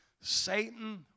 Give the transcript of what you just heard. Satan